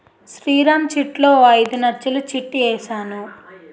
శ్రీరామ్ చిట్లో ఓ ఐదు నచ్చలు చిట్ ఏసాను